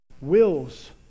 wills